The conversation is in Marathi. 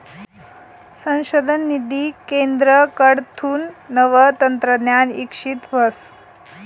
संशोधन निधी केंद्रकडथून नवं तंत्रज्ञान इकशीत व्हस